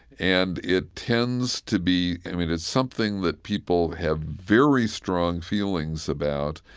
and it tends to be, i mean, it's something that people have very strong feelings about,